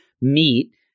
meet